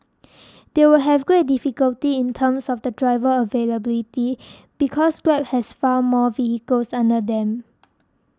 they will have great difficulty in terms of the driver availability because Grab has far more vehicles under them